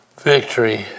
Victory